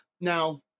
now